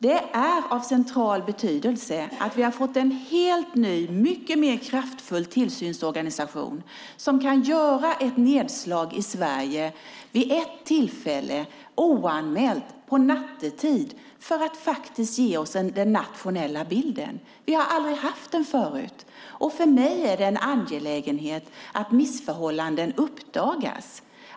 Det är av central betydelse att vi har fått en helt ny, mycket mer kraftfull tillsynsorganisation, som kan göra ett nedslag i Sverige vid ett tillfälle oanmält, nattetid, för att ge oss den nationella bilden. Vi har aldrig haft den förut, och för mig är det angeläget att missförhållanden uppdagas.